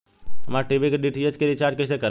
हमार टी.वी के डी.टी.एच के रीचार्ज कईसे करेम?